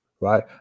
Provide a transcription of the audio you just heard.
right